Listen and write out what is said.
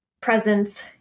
presence